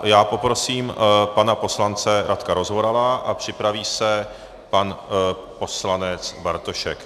Já poprosím pana poslance Radka Rozvorala a připraví se pan poslanec Bartošek.